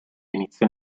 inizio